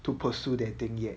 to pursue the thing yet